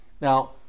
Now